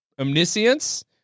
omniscience